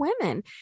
women